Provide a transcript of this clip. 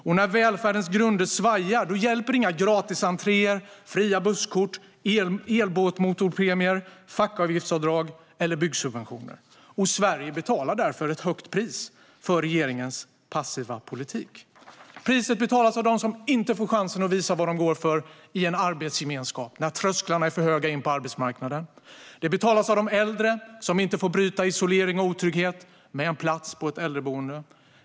Och när välfärdens grunder svajar hjälper inga gratisentréer, fria busskort, elbåtmotorpremier, fackavgiftsavdrag eller byggsubventioner. Sverige betalar därför ett högt pris för regeringens passiva politik. Priset betalas av dem som inte får chansen att visa vad de går för i en arbetsgemenskap, när trösklarna är för höga in till arbetsmarknaden. Det betalas av de äldre, som inte får bryta isolering och otrygghet med en plats på ett äldreboende.